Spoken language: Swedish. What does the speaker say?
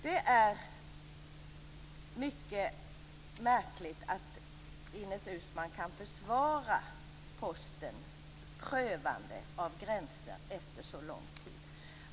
Det är mycket märkligt att Ines Uusmann efter så lång tid kan försvara Postens prövande av gränser.